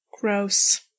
Gross